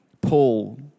Paul